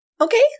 Okay